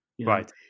Right